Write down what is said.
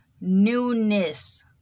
newness